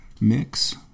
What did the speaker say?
mix